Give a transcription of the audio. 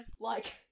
Like-